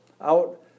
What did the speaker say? out